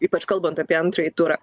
ypač kalbant apie antrąjį turą